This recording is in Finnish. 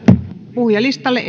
puhujalistalle